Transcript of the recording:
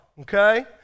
okay